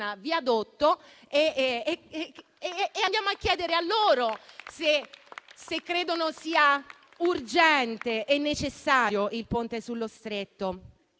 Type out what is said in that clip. Andiamo a chiedere loro se credono sia urgente e necessario il Ponte sullo Stretto.